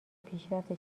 پیشرفت